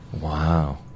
Wow